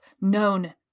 known